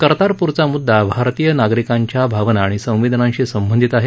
कर्तारपुरचा मुददा भारतीय नागरिकांच्या भावना आणि संवेदनांशी संबंधित आहे